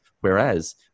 Whereas